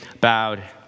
bowed